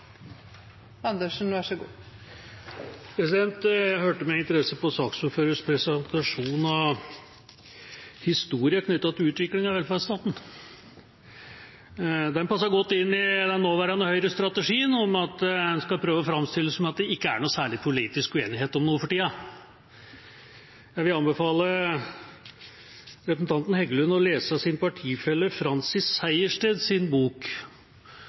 Jeg hørte med interesse på saksordførerens presentasjon av historien knyttet til utviklingen av velferdsstaten. Den passet godt inn i den nåværende Høyre-strategien der en prøver å framstille det som om det ikke er noen særlig politisk uenighet om noe for tida. Jeg vil anbefale representanten Heggelund å lese sin partifelle Francis Sejersteds bok,